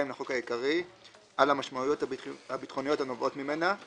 לחוק העיקרי על המשמעויות הביטחוניות הנובעות ממנה.